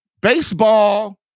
baseball